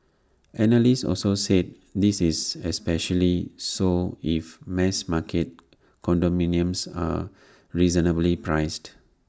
analysts also said this is especially so if mass market condominiums are reasonably priced